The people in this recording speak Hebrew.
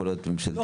יכול להיות ממשלתי,